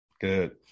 Good